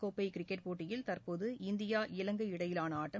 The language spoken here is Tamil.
கோப்பைகிரிக்கெட் போட்டியில் தற்போது இந்தியா இலங்கை இடையிலானஆட்டம்